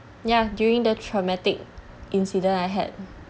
ya during the traumatic incident I had